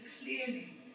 clearly